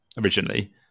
originally